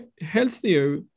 healthier